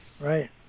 Right